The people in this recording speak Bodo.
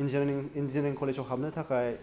इनजिनियारिं कलेजाव हाबनो थाखाय